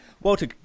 Walter